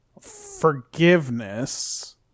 forgiveness